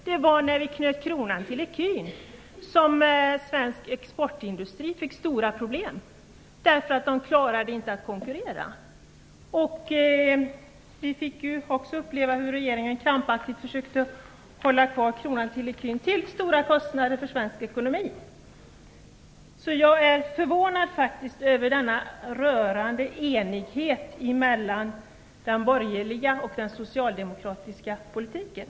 Det var när vi knöt kronan till ecun som svensk exportindustri fick stora problem därför att de inte klarade att konkurrera. Vi fick ju också uppleva hur regeringen krampaktigt försökte hålla kvar kronan vid ecun till stora kostnader för svensk ekonomi. Jag är faktiskt förvånad över denna rörande enighet mellan den borgerliga och den socialdemokratiska politiken.